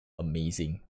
amazing